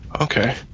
okay